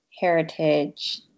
heritage